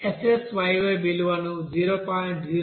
SSyy విలువను 0